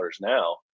Now